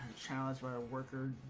challenge for ah worker